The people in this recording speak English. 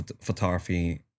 photography